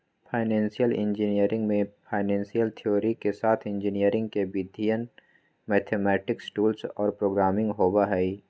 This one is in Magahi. फाइनेंशियल इंजीनियरिंग में फाइनेंशियल थ्योरी के साथ इंजीनियरिंग के विधियन, मैथेमैटिक्स टूल्स और प्रोग्रामिंग होबा हई